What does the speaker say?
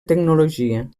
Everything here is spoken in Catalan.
tecnologia